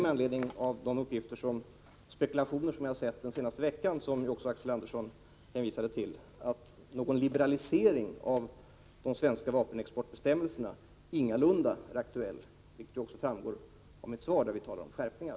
Med anledning av de spekulationer som har gjorts under den senaste veckan och som även Axel Andersson hänvisade till vill jag framhålla att någon liberalisering av de svenska vapenexportbestämmelserna ingalunda är aktuell. Det framgår också av mitt svar, där det talas om skärpningar.